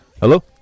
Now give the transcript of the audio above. hello